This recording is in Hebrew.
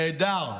נהדר.